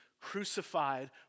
crucified